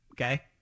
okay